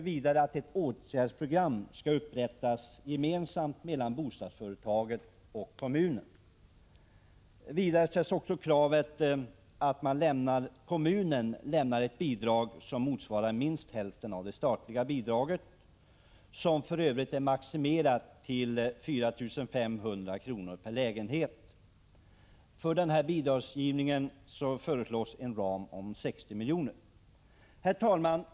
Vidare skall ett åtgärdsprogram upprättas gemensamt mellan bostadsföretaget och kommunen. Vidare ställs krav på att kommunen lämnar ett bidrag som motsvarar minst hälften av det statliga bidraget, som för övrigt är maximerat till 4 500 kr. per lägenhet. För denna bidragsgivning föreslås en ram om 60 milj.kr. Herr talman!